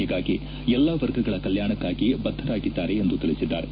ಹೀಗಾಗಿ ಎಲ್ಲಾ ವರ್ಗಗಳ ಕಲ್ಲಾಣಕ್ನಾಗಿ ಬದ್ದರಾಗಿದ್ದಾರೆ ಎಂದು ತಿಳಿಸಿದ್ದಾರೆ